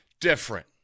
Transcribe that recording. Different